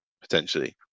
potentially